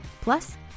Plus